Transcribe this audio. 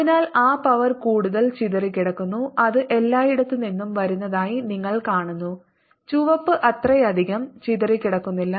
അതിനാൽ ആ പവർ കൂടുതൽ ചിതറിക്കിടക്കുന്നു അത് എല്ലായിടത്തുനിന്നും വരുന്നതായി നിങ്ങൾ കാണുന്നു ചുവപ്പ് അത്രയധികം ചിതറിക്കിടക്കുന്നില്ല